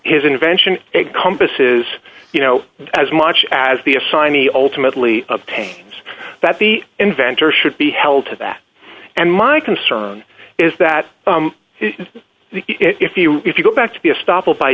his invention a compass is you know as much as the assignee ultimately obtains that the inventor should be held to that and my concern is that if you if you go back to be a stop